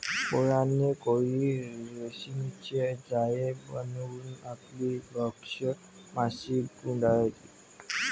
कोळ्याने कोळी रेशीमचे जाळे बनवून आपली भक्ष्य माशी गुंडाळली